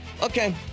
Okay